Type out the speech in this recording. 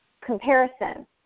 comparison